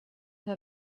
her